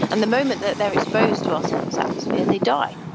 and the moment that they are exposed to our surface atmosphere, they die.